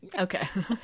Okay